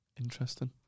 Interesting